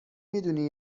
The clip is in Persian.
میدونی